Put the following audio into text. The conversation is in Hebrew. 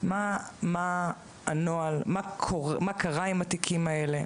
מה קרה עם התיקים האלה?